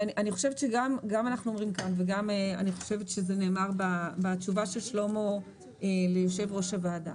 ואנחנו אומרים כאן וזה נאמר גם בתשובה של שלמה ליושב-ראש הוועדה,